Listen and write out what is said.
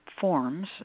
forms